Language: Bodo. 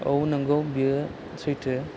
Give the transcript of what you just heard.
औ नंगौ बियो सैथो